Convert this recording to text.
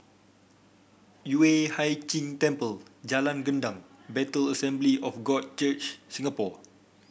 Yueh Hai Ching Temple Jalan Gendang Bethel Assembly of God Church Singapore